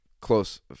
close